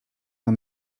nam